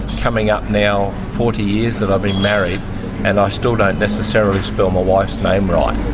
coming up now forty years that i've been married and i still don't necessarily spell my wife's name right.